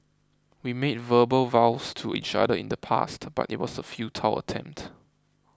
we made verbal vows to each other in the past but it was a futile attempt